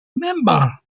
member